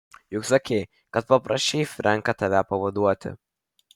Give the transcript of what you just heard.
juk sakei kad paprašei frenką tave pavaduoti